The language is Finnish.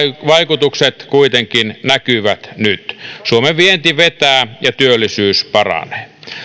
vaikutukset kuitenkin näkyvät nyt suomen vienti vetää ja työllisyys paranee